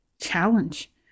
challenge